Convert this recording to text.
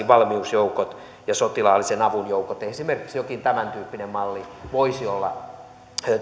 valmiusjoukot ja sotilaallisen avun joukot esimerkiksi jokin tämän tyyppinen malli voisi olla